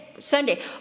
Sunday